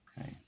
okay